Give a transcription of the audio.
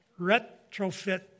retrofit